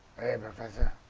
professor!